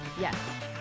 Yes